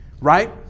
right